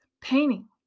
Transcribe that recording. painting